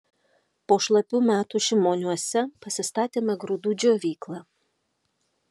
po šlapių metų šimoniuose pasistatėme grūdų džiovyklą